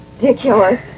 ridiculous